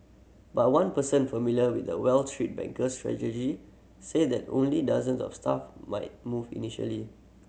but one person familiar with the Wall Street bank's strategy said that only dozens of staff might move initially